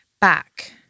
Back